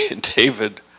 David